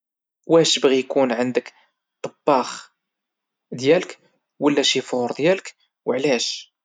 واش تبغي يكون عندك طباخ ديالك ولا شيفور ديالك وعلاش؟